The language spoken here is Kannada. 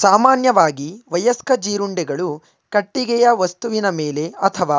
ಸಾಮಾನ್ಯವಾಗಿ ವಯಸ್ಕ ಜೀರುಂಡೆಗಳು ಕಟ್ಟಿಗೆಯ ವಸ್ತುವಿನ ಮೇಲೆ ಅಥವಾ